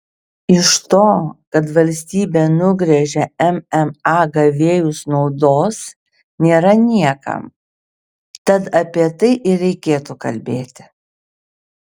iš to kad valstybė nugręžia mma gavėjus naudos nėra niekam tad apie tai ir reikėtų kalbėti